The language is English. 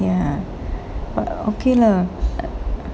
ya like okay lah